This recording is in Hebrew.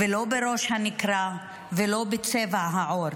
לא בראש הנקרה ולא בצבע העור.